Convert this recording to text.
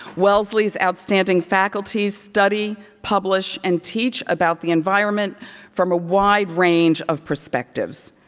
wellesley's outstanding faculty study, publish, and teach about the environment from a wide range of perspectives.